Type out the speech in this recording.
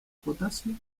potasio